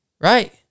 Right